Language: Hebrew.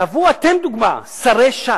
תהוו אתם דוגמה, שרי ש"ס.